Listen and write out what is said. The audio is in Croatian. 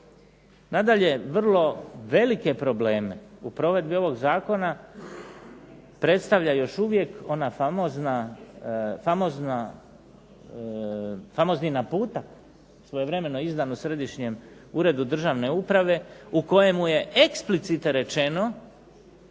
Nadalje vrlo velike probleme u provedbi ovog zakona predstavlja još uvijek ona famozna, famozni naputak svojevremeno izdan u Središnjem uredu državne uprave, u kojemu je eksplicite rečeno